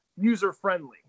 user-friendly